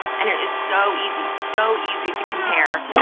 and it is so easy, so easy to compare,